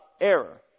error